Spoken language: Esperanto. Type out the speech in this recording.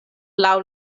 laŭ